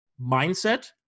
mindset